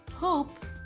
Hope